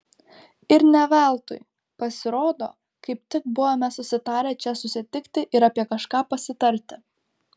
ir ne veltui pasirodo kaip tik buvome susitarę čia susitikti ir apie kažką pasitarti